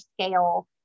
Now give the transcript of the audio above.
scale